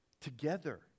together